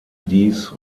dies